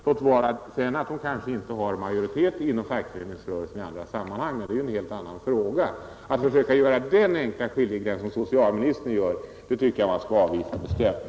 Det kanske inte finns någon majoritet för dem inom fackföreningsrörelsen, men det är en helt annan fråga. Det försök som socialministern gjorde att dra en enkel skiljelinje tycker jag skall avvisas bestämt.